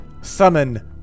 summon